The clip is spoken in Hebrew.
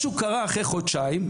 משהו קרה אחרי חודשיים,